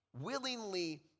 willingly